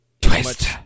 twist